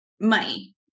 money